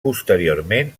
posteriorment